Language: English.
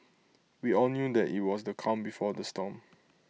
we all knew that IT was the calm before the storm